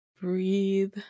breathe